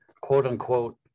quote-unquote